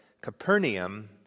Capernaum